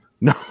No